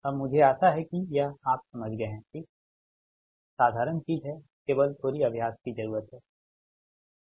अब मुझे आशा है कि यह आप समझ गए हैं ठीक साधारण चीज है केवल थोड़ी अभ्यास की जरुरत है ठीक